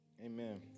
Amen